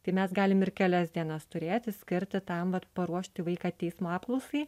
tai mes galim ir kelias dienas turėti skirti tam vat paruošti vaiką teismo apklausai